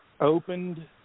opened